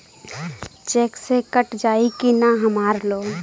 Check से cut जाई की ना हमार लोन?